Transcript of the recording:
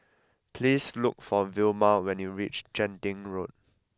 please look for Vilma when you reach Genting Road